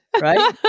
Right